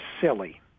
silly